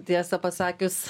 tiesą pasakius